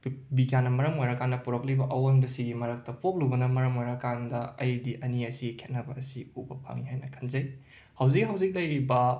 B ꯕꯤꯒ꯭ꯌꯥꯟꯅ ꯃꯔꯝ ꯑꯣꯏꯔꯀꯥꯟꯗ ꯄꯨꯔꯛꯂꯤꯕ ꯑꯋꯣꯟꯕꯁꯤꯒꯤ ꯃꯔꯛꯇ ꯄꯣꯛꯂꯨꯕꯅ ꯃꯔꯝ ꯑꯣꯏꯔꯀꯥꯟꯗ ꯑꯩꯗꯤ ꯑꯅꯤ ꯑꯁꯤ ꯈꯦꯠꯅꯕ ꯑꯁꯤ ꯎꯕ ꯐꯪꯏ ꯍꯥꯏꯅ ꯈꯟꯖꯩ ꯍꯧꯖꯤꯛ ꯍꯧꯖꯤꯛ ꯂꯩꯔꯤꯕ